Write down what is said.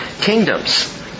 kingdoms